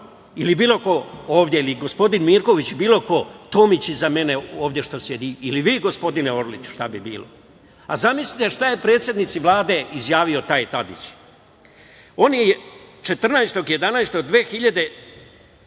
ili bilo ko ovde, ili gospodin Mirković, bilo ko, Tomić iza mene što sedi ili vi gospodine Orliću, šta bi bilo? Zamislite šta je predsednici Vlade izjavio taj Tadić. On je 14.11.2020.